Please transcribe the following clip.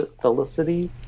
felicity